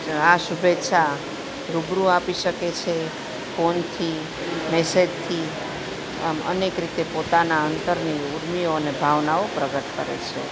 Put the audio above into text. જ આ શુભેચ્છા રૂબરૂ આપી શકે છે ફોનથી મેસેજથી એમ અનેક રીતે પોતાના અંતરની ઊર્મિઓને ભાવનાઓ પ્રગટ કરે છે